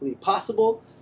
possible